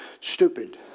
stupid